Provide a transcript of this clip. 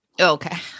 Okay